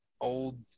old